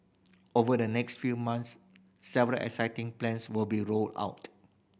over the next few months several exciting plans will be rolled out